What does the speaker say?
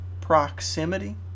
Proximity